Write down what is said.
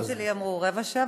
למרות שלי אמרו רבע שעה,